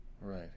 Right